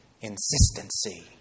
insistency